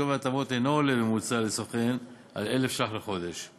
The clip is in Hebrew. שווי ההטבות אינו עולה בממוצע לסוכן על 1,000 שקלים לחודש,